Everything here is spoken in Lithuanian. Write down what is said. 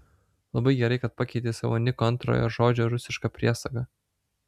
labai gerai kad pakeitei savo niko antrojo žodžio rusišką priesagą